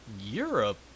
Europe